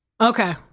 okay